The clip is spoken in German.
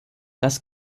das